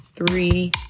Three